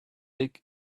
big